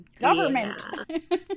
government